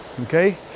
okay